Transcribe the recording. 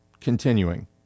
Continuing